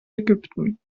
ägypten